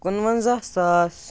کُنوَنزاہ ساس